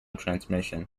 transmission